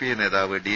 I നേതാവ് D